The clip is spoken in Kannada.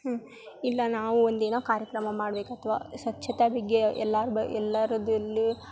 ಹ್ಞೂ ಇಲ್ಲ ನಾವು ಒಂದು ಏನೋ ಕಾರ್ಯಕ್ರಮ ಮಾಡ್ಬೇಕು ಅಥ್ವಾ ಸ್ವಚ್ಛತ ಬಗ್ಗೆ ಎಲ್ಲಾರು ಬ ಎಲ್ಲಾರದ್ದು ಎಲ್ಲಿ